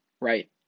right